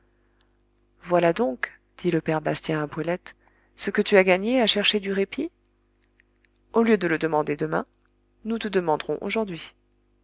voilà donc dit le père bastien à brulette ce que tu as gagné à chercher du répit au lieu de le demander demain nous te demanderons aujourd'hui